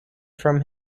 from